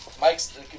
Mike's